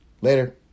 Later